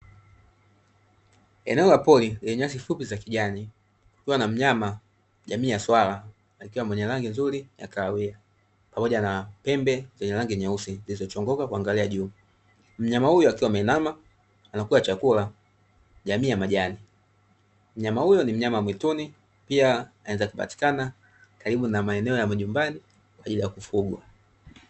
Eneo la pori lenye nyasi fupi za kijani, likiwa na mnyama jamii ya swala akiwa mwenye rangi nzuri ya kahawia, pamoja na pembe zenye rangi nyeusi zilizochongoka kuangalia juu. Mnyama huyo akiwa ameinama anakula chakula jamii ya majani. Mnyama huyu ni mnyama wa mwituni pia anaweza akapatikana karibu na maeneo ya manyumbani kwa ajili ya kufugwa.